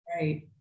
Right